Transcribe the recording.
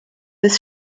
des